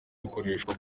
bikoreshwa